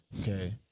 Okay